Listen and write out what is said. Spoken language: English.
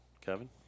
Kevin